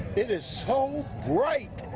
it is so bright.